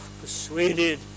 persuaded